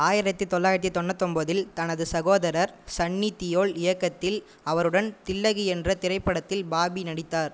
ஆயிரத்து தொள்ளாயிரத்து தொண்ணூத்தொம்போதில் தனது சகோதரர் சன்னி தியோல் இயக்கத்தில் அவருடன் தில்லகி என்ற திரைப்படத்தில் பாபி நடித்தார்